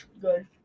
good